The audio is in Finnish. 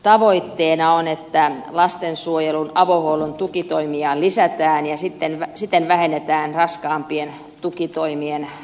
tavoitteena on että lastensuojelun avohuollon tukitoimia lisätään ja siten vähennetään raskaampien tukitoimien tarvetta